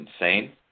insane